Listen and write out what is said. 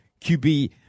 QB